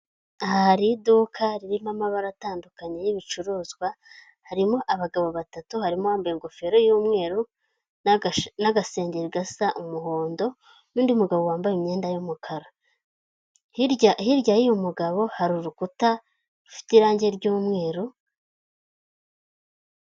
Aha hari iduka ririmo amabara atandukanye y'ibicuruzwa harimo abagabo batatu barimo uwabambaye ingofero y'umweru n'agasengeri gasa umuhondo n'undi mugabo wambaye imyenda y'umukara, hirya hirya y'uyu mugabo hari urukuta rufite irangi ry'umweru.